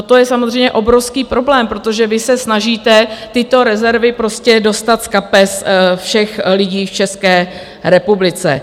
To je samozřejmě obrovský problém, protože vy se snažíte tyto rezervy dostat z kapes všech lidí v České republice.